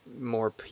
more